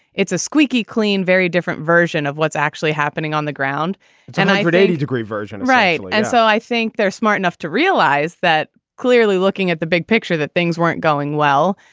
it's a squeaky clean, very different version of what's actually happening on the ground tonight at eighty degree version. right. and so i think they're smart enough to realize that clearly looking at the big picture that things weren't going well.